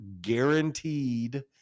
guaranteed